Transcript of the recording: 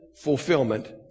fulfillment